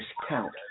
discount